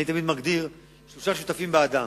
אני תמיד מגדיר שלושה שותפים באדם: